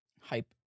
hype